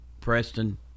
preston